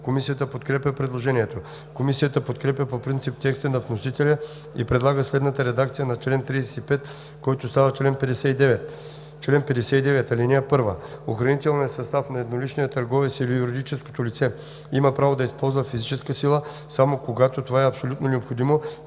Комисията подкрепя предложението. Комисията подкрепя по принцип текста на вносителя и предлага следната редакция на чл. 35, който става чл. 59: „Чл. 59. (1) Охранителният състав на едноличния търговец или юридическото лице има право да използва физическа сила, само когато това е абсолютно необходимо